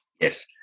Yes